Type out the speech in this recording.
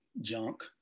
junk